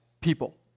people